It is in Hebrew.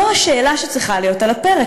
זו השאלה שצריכה להיות על הפרק.